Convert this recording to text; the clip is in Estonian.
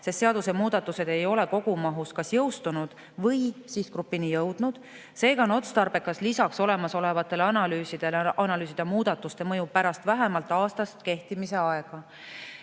sest seadusemuudatused ei ole kogumahus kas jõustunud või sihtgrupini jõudnud. Seega on otstarbekas lisaks olemasolevatele analüüsidele analüüsida muudatuste mõju pärast vähemalt aastast kehtimise aega. Seni